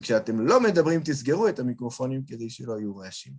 כשאתם לא מדברים, תסגרו את המיקרופונים כדי שלא יהיו רעשים.